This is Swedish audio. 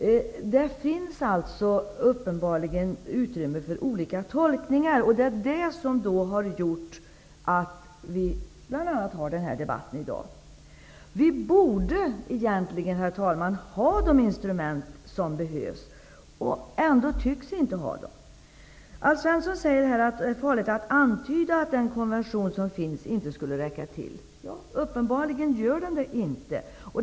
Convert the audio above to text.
Det finns uppenbarligen utrymme för olika tolkningar. Det är det som har gjort att vi bl.a. för den här debatten i dag. Vi borde egentligen, herr talman, ha de instrument som behövs, men ändå tycks vi inte ha dem. Alf Svensson säger att det är farligt att antyda att den konvention som finns inte skulle räcka till. Uppenbarligen gör den inte det.